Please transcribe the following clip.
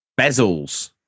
Bezels